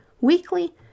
weekly